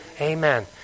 Amen